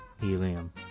Helium